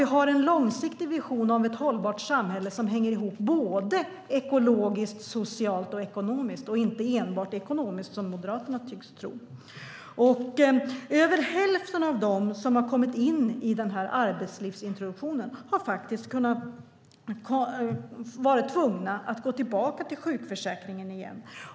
Vi har en långsiktig vision om ett hållbart samhälle som hänger ihop både ekologiskt, socialt och ekonomiskt och inte enbart ekonomiskt, som Moderaterna tycks tro. Över hälften av dem som har kommit in i denna arbetslivsintroduktion har faktiskt varit tvungna att gå tillbaka till sjukförsäkringen igen.